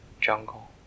jungle